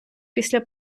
після